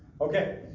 Okay